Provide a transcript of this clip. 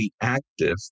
active